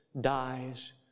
dies